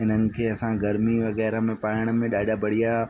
हिननि खे असां गर्मी वग़ैरह में पाइण में ॾाढा बढ़िया